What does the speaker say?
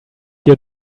your